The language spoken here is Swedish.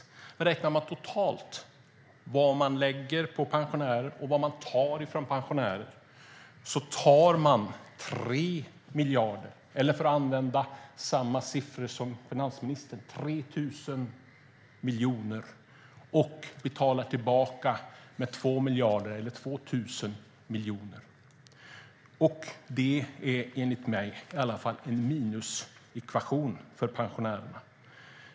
Men räknar man på vad regeringen totalt lägger på pensionärerna och tar från pensionärerna så tar regeringen 3 miljarder eller 3 000 miljoner, för att använda samma siffror som finansministern, och betalar tillbaka 2 miljarder eller 2 000 miljoner. Det är enligt mig en minusekvation för pensionärerna.